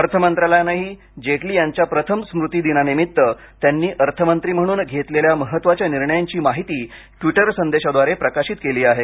अर्थमंत्रालयानंही जेटली यांच्या प्रथम स्मृतीदिनानिमित्त त्यांनी अर्थमंत्री म्हणून घेतलेल्या महत्त्वाच्या निर्णयांची माहिती द्विटरसंदेशाद्वारे प्रकाशित केली आहे